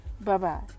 Bye-bye